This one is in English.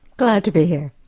glad to be here.